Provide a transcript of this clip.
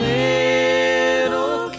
little